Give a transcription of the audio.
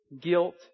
guilt